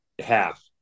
half